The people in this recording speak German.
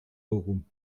bochum